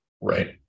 Right